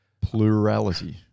Plurality